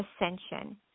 ascension